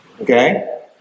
okay